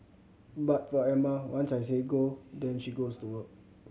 but for Emma once I say go then she goes to work